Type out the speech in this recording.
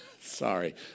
Sorry